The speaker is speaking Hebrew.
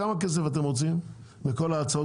כמה כסף אתם רוצים בכל ההצעות